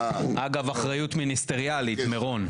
אגב אחריות מיניסטריאלית, מירון.